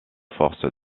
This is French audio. force